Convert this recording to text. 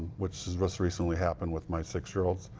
which is recently happened with my six-year-old.